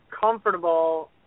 comfortable